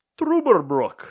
Truberbrook